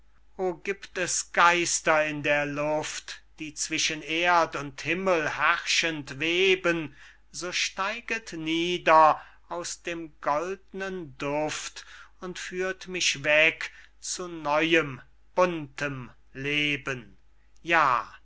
giebt es geister in der luft die zwischen erd und himmel herrschend weben so steiget nieder aus dem goldnen duft und führt mich weg zu neuem buntem leben ja